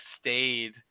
stayed